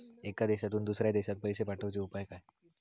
एका देशातून दुसऱ्या देशात पैसे पाठवचे उपाय काय?